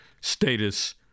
status